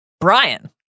Brian